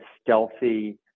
stealthy